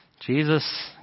Jesus